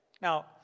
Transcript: now